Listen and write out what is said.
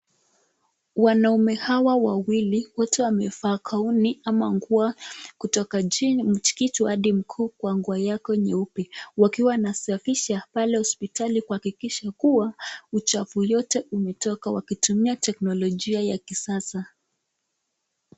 Wanaume hawa wawili wote wamevaa gauni ama nguo kutoka chini hadi chini nguo yao nyeupe wakiwa wanasafisha pale hospitali kuhakikisha kuwa uchafu yote imetoka wakitumia teknolojia ya kisasa.